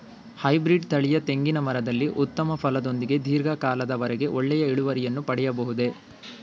Hybrid ತಳಿಯ ತೆಂಗಿನ ಮರದಲ್ಲಿ ಉತ್ತಮ ಫಲದೊಂದಿಗೆ ಧೀರ್ಘ ಕಾಲದ ವರೆಗೆ ಒಳ್ಳೆಯ ಇಳುವರಿಯನ್ನು ಪಡೆಯಬಹುದೇ?